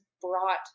brought